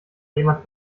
jemand